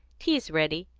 tea's ready.